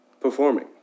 performing